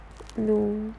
no